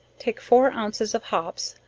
take four ounces of hops,